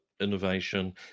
innovation